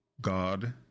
God